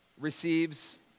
receives